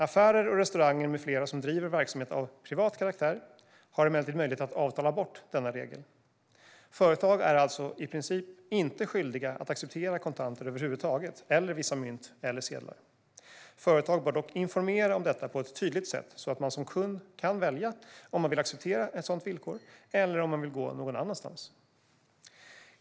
Affärer och restauranger med flera som driver verksamhet av privat karaktär har emellertid möjlighet att avtala bort denna regel. Företag är alltså i princip inte skyldiga att acceptera kontanter över huvud taget eller vissa mynt eller sedlar. Företag bör dock informera om detta på ett tydligt sätt så att man som kund kan välja om man vill acceptera ett sådant villkor eller om man vill gå någon annanstans.